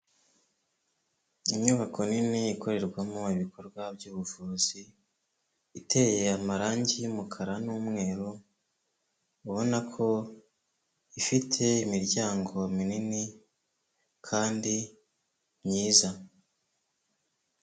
Inyubako nini ikorerwamo ibikorwa by'ubuvuzi, iteye amarangi y'umukara n'umweru, ubona ko ifite imiryango minini kandi myiza.